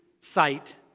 sight